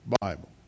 Bible